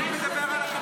אני מדבר על החטופים.